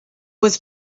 was